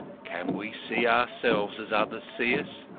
can we see ourselves as others see us?